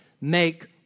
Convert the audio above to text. Make